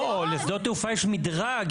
לא, לשדות תעופה יש מדרג.